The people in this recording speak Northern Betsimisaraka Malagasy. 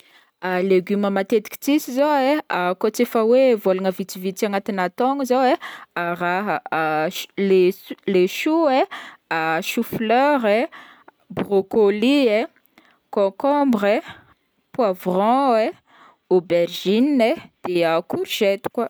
Légumes matetiky tsisy zao e koa tsy efa hoe vôlagna vitsivitsy agnatina taogno zao e, le le- le choux e, chou fleur e, broccolie e, concombre e, poivron e, aubergine e, de courgette koa.